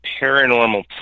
paranormal